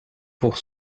pour